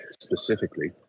specifically